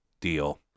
deal